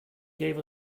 gave